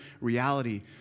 reality